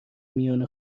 میان